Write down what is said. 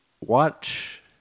watch